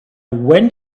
went